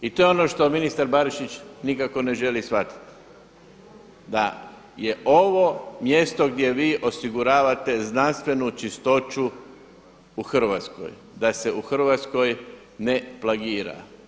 I to je on što ministar Barišić nikako ne želi shvatiti, da je ovo mjesto gdje vi osiguravate znanstvenu čistoću u Hrvatskoj, da se u Hrvatskoj ne plagira.